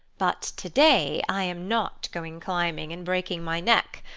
but to-day i am not going climbing and breaking my neck.